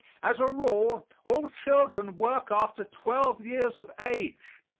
as a rule all children work after twelve years of age.